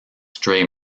stray